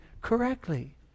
correctly